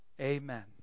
amen